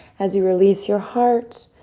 as you release your heart,